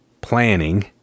planning